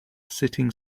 sitting